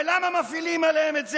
למה מפעילים עליהם את זה?